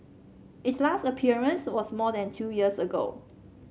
its last appearance was more than two years ago